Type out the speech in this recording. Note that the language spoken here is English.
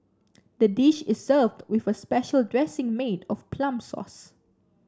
the dish is served with a special dressing made of plum sauce